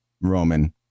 Roman